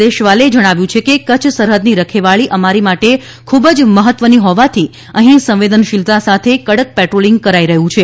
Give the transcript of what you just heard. દેશવાલએ જણાવ્યું છે કે કચ્છ સરહદની રખેવાળી અમારી માટે ખૂબ મહત્વની હોવાથી અહી સંવેદનશીલતા સાથે કડક પેટ્રોલીંગ કરાઈ રહ્યું છે